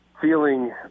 feeling